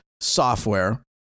software